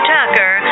Tucker